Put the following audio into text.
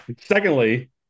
Secondly